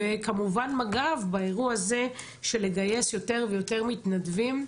וכמובן מג"ב באירוע הזה שלגייס יותר ויותר מתנדבים,